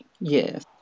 yes